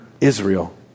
Israel